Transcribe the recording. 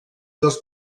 dels